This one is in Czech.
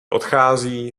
odchází